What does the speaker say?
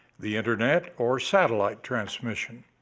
the internet, or satellite transmission.